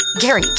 gary